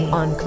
on